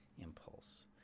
impulse